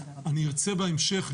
אני ארצה בהמשך,